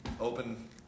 open